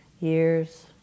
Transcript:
years